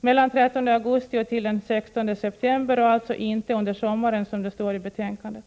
mellan den 13 augusti och den 16 september och alltså inte under sommaren som det står i betänkandet.